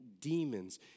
demons